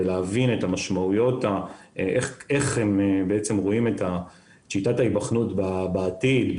ולהבין את המשמעויות ואיך הם רואים את שיטת ההיבחנות בעתיד,